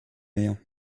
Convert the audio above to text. mehr